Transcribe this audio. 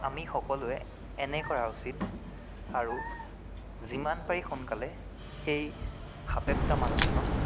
আমি সকলোৱে এনে কৰা উচিত আৰু যিমান পাৰি সোনকালে সেই সাপে খুটা মানুহজনক